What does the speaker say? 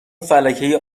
فلکه